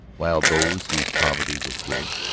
while those whose poverty was great,